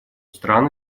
стран